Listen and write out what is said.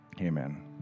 Amen